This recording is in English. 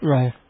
Right